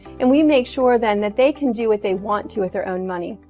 and we make sure then that they can do what they want to with their own money.